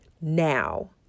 now